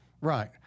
Right